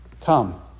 Come